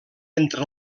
entre